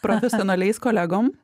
profesionaliais kolegom